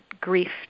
grief